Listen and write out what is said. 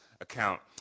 Account